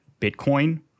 Bitcoin